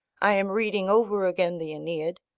i am reading over again the aeneid,